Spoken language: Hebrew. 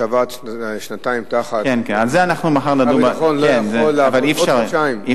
רמטכ"ל שעבד שנתיים תחת שר הביטחון לא יכול לעבוד עוד חודשיים.